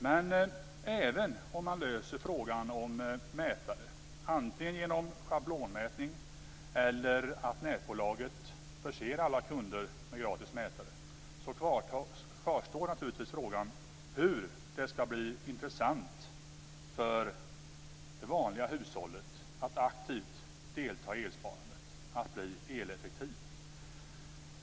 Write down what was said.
Men även om man löser problemet med mätare, antingen genom schablonmätning eller genom att nätbolaget förser alla kunder med gratis mätare, kvarstår naturligtvis frågan hur det kan bli intressant för det vanliga hushållet att aktivt delta i elsparandet, att bli eleffektiv.